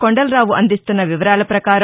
కొండలరావు అందిస్తున్న వివరాల పకారం